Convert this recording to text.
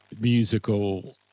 musical